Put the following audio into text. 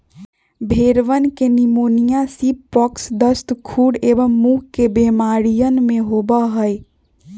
भेंड़वन के pneumonia, sheep pox, दस्त, खुर एवं मुँह के बेमारियन भी होबा हई